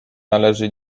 należy